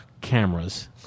cameras